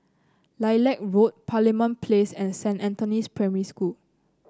Lilac Road Parliament Place and Saint Anthony's Primary School